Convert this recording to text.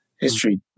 History